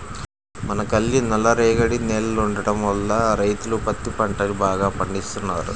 మనకల్లి నల్లరేగడి నేలలుండటం వల్ల రైతులు పత్తి పంటని బాగా పండిత్తన్నారు